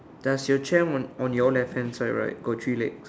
does your chair on on your left hand side right got three legs